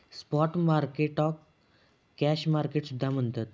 spot मार्केटाक cash market सुद्धा म्हणतत